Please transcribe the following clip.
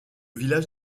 village